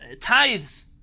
tithes